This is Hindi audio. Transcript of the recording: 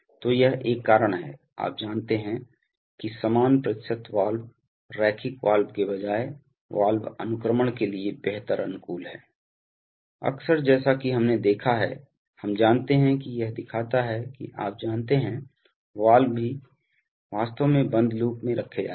तो यह एक कारण है आप जानते हैं कि समान प्रतिशत वाल्व रैखिक वाल्व के बजाय वाल्व अनुक्रमण के लिए बेहतर अनुकूल हैं अक्सर जैसा कि हमने देखा है हम जानते हैं कि यह दिखाता है कि आप जानते हैं वाल्व भी वास्तव में बंद लूप में रखे जाते हैं